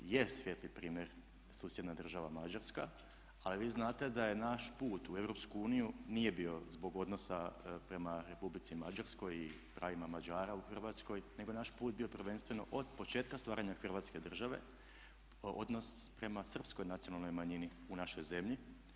Je svijetli primjer susjedna država Mađarska, ali vi znate da je naš put u EU nije bio zbog odnosa prema Republici Mađarskoj i pravima Mađara u Hrvatskoj, nego je naš put bio prvenstveno od početka stvaranja Hrvatske države, odnos prema srpskoj nacionalnoj manjini u našoj zemlji.